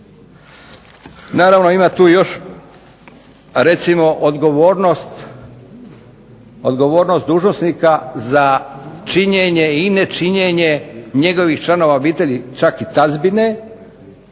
Naravno ima tu još recimo odgovornost dužnosnika za činjenje ili ne činjenje njegovih članova obitelji čak i tazbine,